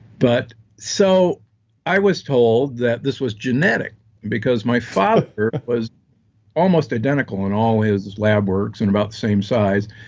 but so i was told that this was genetic because my father was almost identical in all his his lab works, and about the same size,